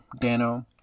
Dano